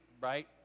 right